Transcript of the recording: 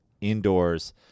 indoors